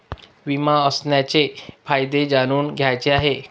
विमा असण्याचे फायदे जाणून घ्यायचे आहे